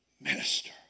Minister